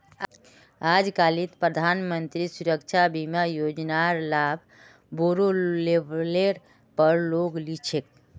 आजकालित प्रधानमंत्री सुरक्षा बीमा योजनार लाभ बोरो लेवलेर पर लोग ली छेक